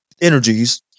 energies